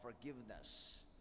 forgiveness